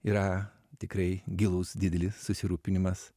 yra tikrai gilus didelis susirūpinimas